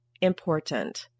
important